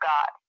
God